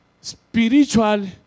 spiritual